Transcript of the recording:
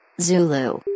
Zulu